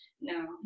No